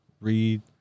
read